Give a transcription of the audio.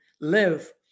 live